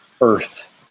earth